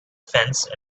fence